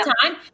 time